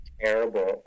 terrible